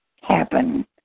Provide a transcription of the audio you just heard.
happen